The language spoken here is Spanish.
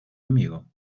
amigo